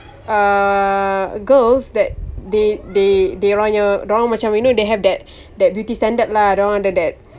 uh girls that they they dia orang punya dia orang macam you know they have that that beauty standard lah dia orang ada that